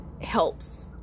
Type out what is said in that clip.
helps